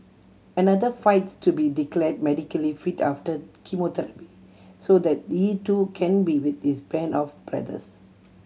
another fights to be declare medically fit after chemotherapy so that he too can be with his band of brothers